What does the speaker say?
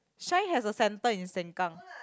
Shine has a centre in Sengkang